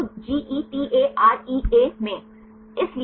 तो GETAREA में